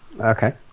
Okay